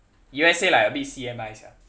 U_S_A like a bit C_M_I sia